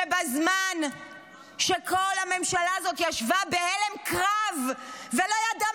שבזמן שכל הממשלה הזאת ישבה בהלם קרב ולא ידעה